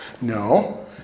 No